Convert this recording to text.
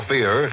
Fear